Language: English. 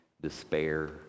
despair